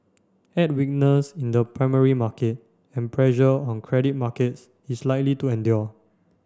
add weakness in the primary market and pressure on credit markets is likely to endure